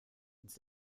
ins